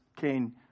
Cain